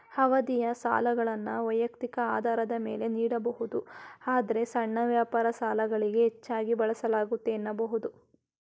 ಅವಧಿಯ ಸಾಲಗಳನ್ನ ವೈಯಕ್ತಿಕ ಆಧಾರದ ಮೇಲೆ ನೀಡಬಹುದು ಆದ್ರೆ ಸಣ್ಣ ವ್ಯಾಪಾರ ಸಾಲಗಳಿಗೆ ಹೆಚ್ಚಾಗಿ ಬಳಸಲಾಗುತ್ತೆ ಎನ್ನಬಹುದು